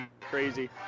crazy